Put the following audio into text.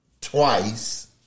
twice